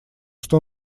что